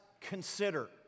consider